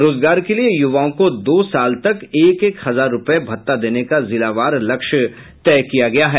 रोजगार के लिये युवाओं को दो साल तक एक एक हजार रूपये भत्ता देने का जिलावार लक्ष्य तय किया गया है